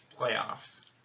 playoffs